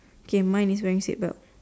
okay mine is wearing seat belt